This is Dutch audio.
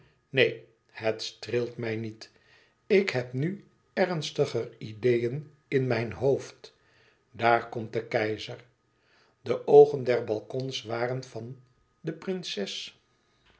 neen het streelt mij niet ik heb nu ernstiger ideeën in mijn hoofd daar komt de keizer de oogen der balkons waren van de prinses